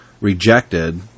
rejected